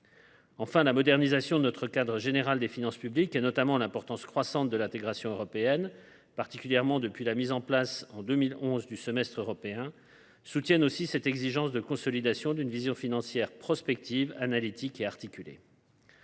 Enfin, la modernisation de notre cadre général des finances publiques, notamment l’importance croissante de l’intégration européenne, particulièrement depuis la mise en place en 2011 du semestre européen, soutient aussi cette exigence de consolidation d’une vision financière prospective, analytique et articulée.